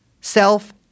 self